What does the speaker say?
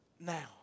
now